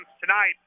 tonight